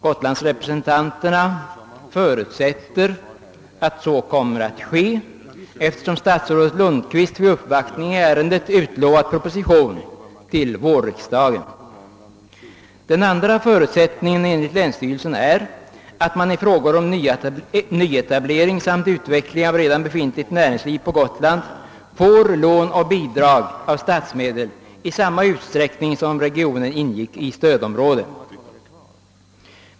Gotlandsrepresentanterna förutsätter att så kommer att ske, eftersom statsrådet Lundkvist vid uppvaktning i ärendet utlovat proposition till vårriksdagen. Den andra förutsättningen är enligt länsstyrelsen att man i frågor om nyetablering samt utveckling av redan befintligt näringsliv på Gotland får lån och bidrag av statsmedel i samma utsträckning som om regionen ingick i stödområde.